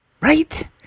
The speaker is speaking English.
Right